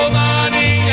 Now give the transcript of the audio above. money